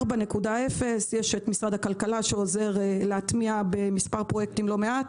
יש משרד הכלכלה שעוזר להטמיע במס' פרויקטים לא מעט